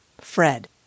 Fred